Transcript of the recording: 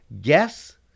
guess